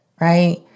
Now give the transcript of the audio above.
right